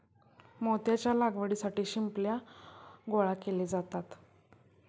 मोत्याच्या लागवडीसाठी शिंपल्या गोळा केले जातात